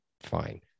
fine